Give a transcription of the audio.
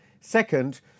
Second